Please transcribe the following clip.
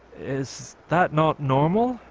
is that not normal?